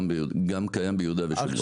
קיים גם ביהודה ושומרון,